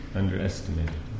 underestimated